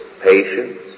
patience